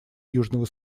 южного